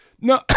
No